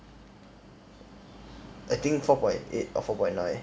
I think four point eight or four point nine